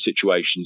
situations